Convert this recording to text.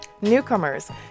Newcomers